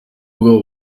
abo